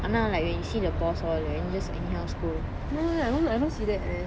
ஆனா:aana like when you see the boss all you just anyhow scold